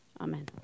amen